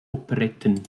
operetten